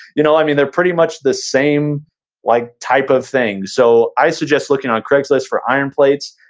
you know i mean, they're pretty much the same like type of thing. so, i suggest looking on craigslist for iron plates,